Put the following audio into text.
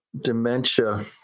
dementia